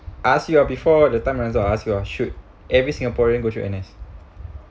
I ask you ah before the time runs out ask you ah should every singaporean go through N_S